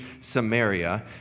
samaria